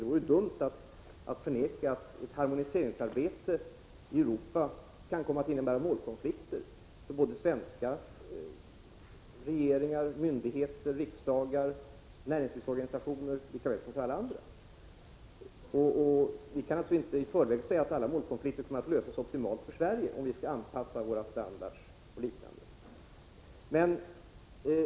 Det vore dumt att förneka att ett harmoniseringsarbete i Europa kan komma att innebära målkonflikter för svenska regeringar, myndigheter, riksdagar och näringslivsorganisationer lika väl som för alla andra. Vi kan naturligtvis inte i förväg säga att alla målkonflikter kommer att lösas optimalt för Sverige om vi skall anpassa våra standarder och liknande.